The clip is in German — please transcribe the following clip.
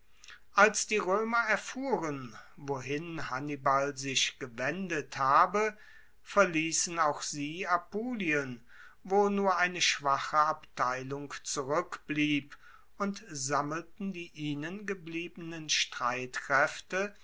als die roemer erfuhren wohin hannibal sich gewendet habe verliessen auch sie apulien wo nur eine schwache abteilung zurueckblieb und sammelten die ihnen gebliebenen streitkraefte